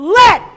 let